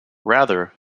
rather